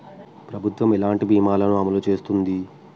ప్రభుత్వం ఎలాంటి బీమా ల ను అమలు చేస్తుంది?